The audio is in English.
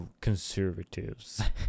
conservatives